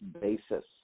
basis